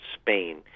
Spain